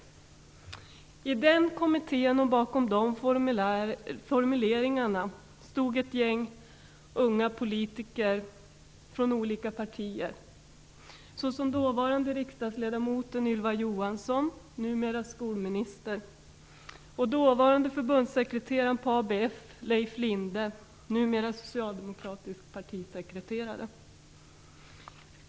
Bakom de formuleringarna i kommitténs rapport stod ett gäng unga politiker från olika partier, såsom dåvarande riksdagsledamoten Ylva Johansson, numera skolminister, och dåvarande förbundssekreteraren på ABF, Leif Linde, numera socialdemokratisk partisekreterare.